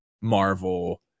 Marvel